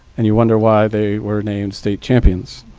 and you wonder why they were named state champions.